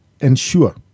ensure